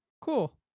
Cool